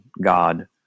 God